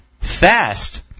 fast